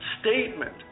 statement